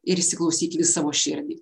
ir įsiklausykim į savo širdį